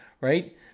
right